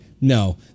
no